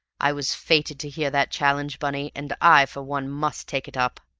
i was fated to hear that challenge, bunny, and i, for one, must take it up.